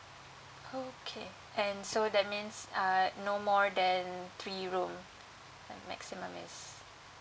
okay and so that means uh no more than three room that maximum is